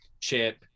Chip